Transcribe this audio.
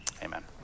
Amen